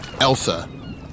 Elsa